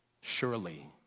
Surely